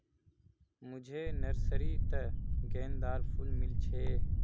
मुझे नर्सरी त गेंदार फूल मिल छे